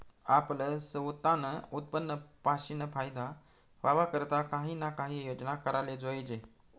आपलं सवतानं उत्पन्न पाशीन फायदा व्हवा करता काही ना काही योजना कराले जोयजे